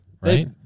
Right